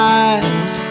eyes